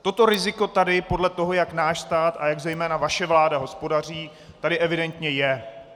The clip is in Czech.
Toto riziko tady podle toho, jak náš stát a jak zejména vaše vláda hospodaří, tady evidentně je.